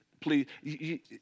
please